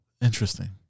Interesting